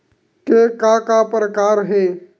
के का का प्रकार हे?